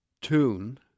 tune